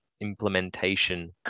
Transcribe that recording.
implementation